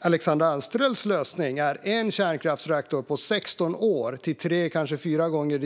Alexandra Anstrells lösning är en kärnkraftsreaktor på 16 år till ett tre eller fyra gånger